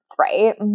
right